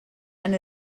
and